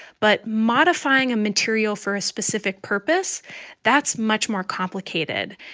but modifying a material for a specific purpose that's much more complicated.